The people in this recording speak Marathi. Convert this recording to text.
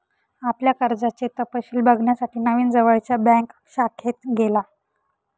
आपल्या कर्जाचे तपशिल बघण्यासाठी नवीन जवळच्या बँक शाखेत गेला